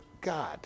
God